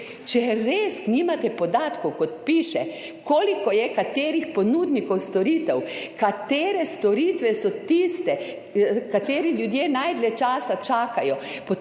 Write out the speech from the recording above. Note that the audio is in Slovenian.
Če res nimate podatkov, kot piše, koliko je katerih ponudnikov storitev, katere so tiste storitve, kateri ljudje najdlje čakajo,